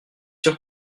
sûr